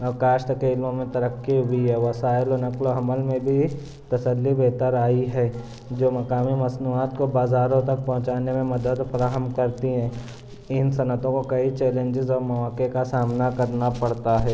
کاشت کینوں میں ترقی ہوئی ہے وسائل و نقل و حمل میں بھی تسلی بہتر آئی ہے جو مقامی مصنوعات کو بازاروں تک پہونچانے میں مدد فراہم کرتی ہیں ان صنعتوں کو کئی چیلنجز اور مواقع کا سامنا کرنا پڑتا ہے